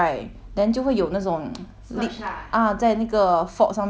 lip ah 在那个 fork 上面 ah 或者在你的 glass 上面 right